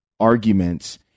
Arguments